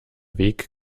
weg